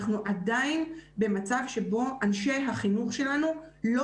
אנחנו עדיין במצב שבו אנשי החינוך שלנו לא